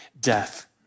death